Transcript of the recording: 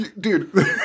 dude